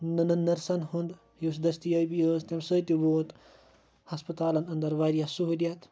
نہ نہ نٔرسَن ہُنٛد یُس دٔستِیٲبی ٲس تمہِ سۭتۍ تہِ ووت ہَسپَتالَن اَندَر واریاہ سہولِیَت